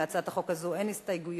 להצעת החוק הזאת אין הסתייגויות,